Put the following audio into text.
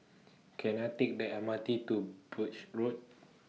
Can I Take The M R T to Birch Road